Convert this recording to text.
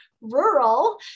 rural